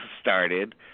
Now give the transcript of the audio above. started